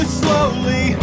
slowly